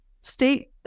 state